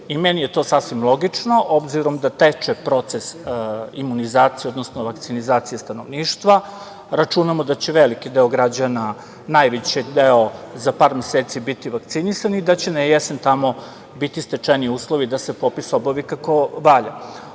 Meni je to sasvim logično, obzirom da teče proces imunizacije, odnosno vakcinizacije stanovništva. Računamo da će veliki deo građana, najveći deo za par meseci biti vakcinisan i da će tamo na jesen biti stečeni uslovi da se popis obavi kako